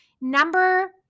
Number